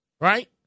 right